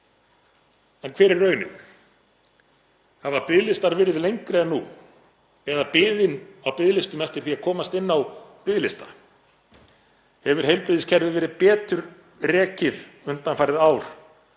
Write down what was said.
En hver er raunin? Hafa biðlistar verið lengri en nú eða biðin á biðlistum eftir því að komast inn á biðlista? Hefur heilbrigðiskerfið verið betur rekið undanfarin ár